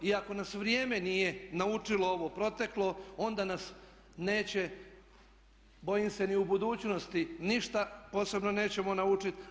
I ako nas vrijeme nije naučilo ovo proteklo onda nas neće, bojim se ni u budućnosti, ništa posebno nećemo naučiti.